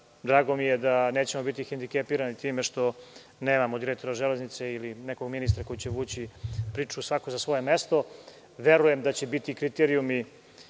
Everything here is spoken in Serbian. mi je da nećemo biti hendikepirani time što nemamo direktora „Železnice“ ili nekog ministra koji će vući priču svako za svoje mesto. Verujem da će biti kriterijumi